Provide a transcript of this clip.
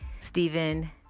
Stephen